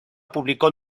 publicó